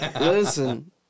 Listen